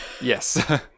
Yes